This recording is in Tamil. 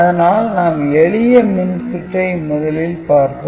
அதனால் நாம் எளிய மின்சுற்றை முதலில் பார்த்தோம்